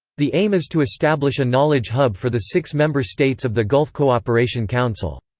the aim is to establish a knowledge hub for the six member states of the gulf cooperation council.